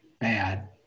bad